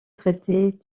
traités